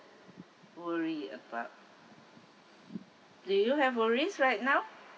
worry about do you have worries right now